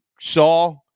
saw